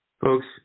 folks